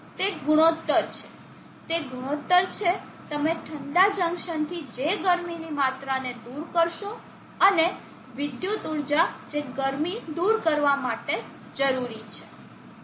તે ગુણોત્તર છે તે ગુણોત્તર છે તમે ઠંડા જંકશનથી જે ગરમીની માત્રાને દૂર કરશો અને વિદ્યુત ઊર્જા જે ગરમી દૂર કરવા માટે જરૂરી છે